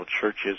churches